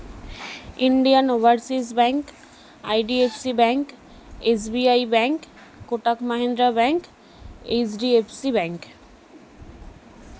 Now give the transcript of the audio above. Indian Overseas Bank I D F C Bank S B I Bank Kotak Mahindra Bank H D F C bank